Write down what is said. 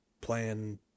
playing